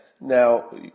Now